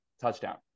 touchdown